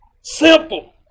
Simple